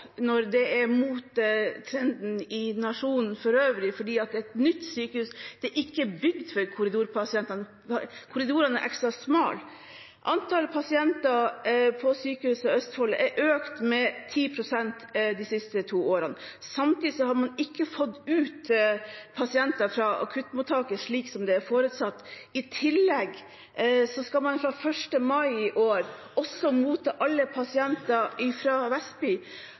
når det er mot trenden i nasjonen for øvrig, for det er et nytt sykehus. Det er ikke bygd for korridorpasienter. Korridorene er ekstra smale. Antallet pasienter på Sykehuset Østfold er økt med 10 pst. de siste to årene. Samtidig har man ikke fått ut pasienter fra akuttmottaket slik som det er forutsatt. I tillegg skal man fra 1. mai i år motta alle pasienter fra Vestby.